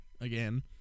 again